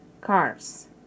cars